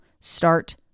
start